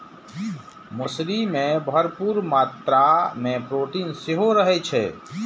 मौसरी मे भरपूर मात्रा मे प्रोटीन सेहो रहै छै